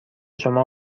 شما